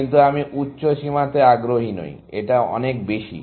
কিন্তু আমি উচ্চ সীমাতে আগ্রহী নই এটাঅনেক বেশি